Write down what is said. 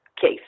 case